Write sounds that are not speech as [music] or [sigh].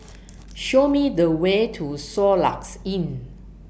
[noise] [noise] Show Me The Way to Soluxe Inn